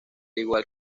igual